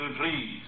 please